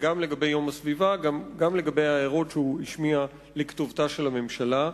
גם לגבי יום הסביבה וגם לגבי ההערות שהוא השמיע לכתובתה של הממשלה.